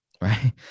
right